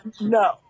No